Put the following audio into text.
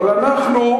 אבל אנחנו,